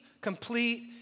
complete